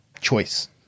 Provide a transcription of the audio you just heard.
choice